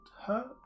hurt